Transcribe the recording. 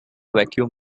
vacuum